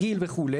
גיל וכו'.